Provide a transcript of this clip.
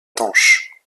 tanche